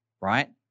right